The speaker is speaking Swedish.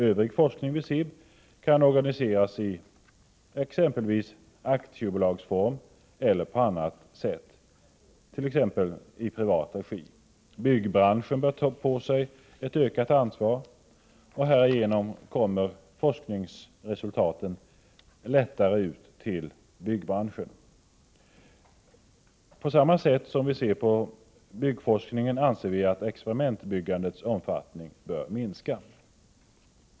Övrig forskning vid SIB kan organiseras i aktiebolagsform eller på annat sätt, t.ex. i privat regi. Byggbranschen bör ta på sig ett ökat ansvar. Härigenom kommer forskningsresultaten lättare ut till byggbranschen. På samma sätt som när det gäller byggforskningen anser vi att experimentbyggandets omfattning bör minska.